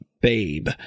babe